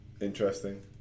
Interesting